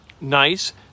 Nice